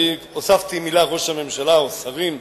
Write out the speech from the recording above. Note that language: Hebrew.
הוספתי את המלים "ראש ממשלה או שרים"